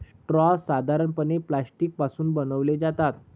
straw साधारणपणे plastic पासून बनवले जातात